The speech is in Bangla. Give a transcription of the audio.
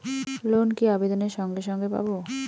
লোন কি আবেদনের সঙ্গে সঙ্গে পাব?